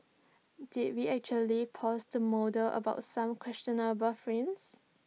did we actually pause to about some questionable frames